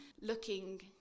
looking